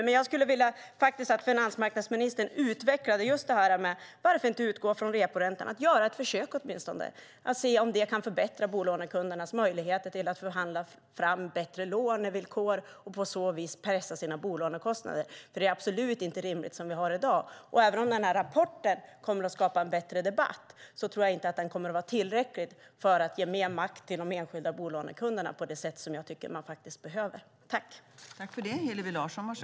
Men jag skulle vilja att finansmarknadsministern utvecklade en sak: Varför inte utgå från reporäntan, att åtminstone göra ett försök, för att se om det kan förbättra bolånekundernas möjligheter att förhandla fram bättre lånevillkor och på så vis pressa sina bolånekostnader? Det är absolut inte rimligt som vi har det i dag. Även om rapporten kommer att skapa en bättre debatt tror jag inte att den kommer att vara tillräcklig för att ge mer makt till de enskilda bolånekunderna på det sätt jag tycker behövs.